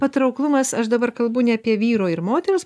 patrauklumas aš dabar kalbu ne apie vyro ir moters